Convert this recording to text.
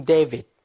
David